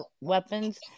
weapons